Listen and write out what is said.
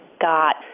got